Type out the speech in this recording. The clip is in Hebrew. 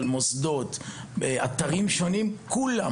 אבל כל המוסדות וכל האתרים השונים מכלל הדתות,